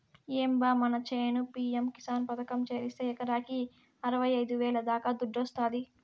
ఏం బా మన చేను పి.యం కిసాన్ పథకంలో చేరిస్తే ఎకరాకి అరవైఐదు వేల దాకా దుడ్డొస్తాది